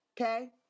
okay